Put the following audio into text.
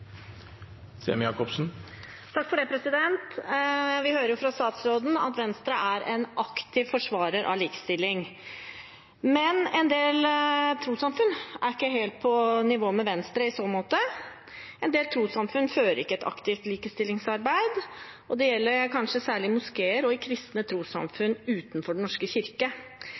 en aktiv forsvarer av likestilling, men en del trossamfunn er ikke helt på nivå med Venstre i så måte. En del trossamfunn fører ikke et aktivt likestillingsarbeid, og det gjelder kanskje særlig moskeer og kristne trossamfunn utenfor Den norske kirke.